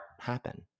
happen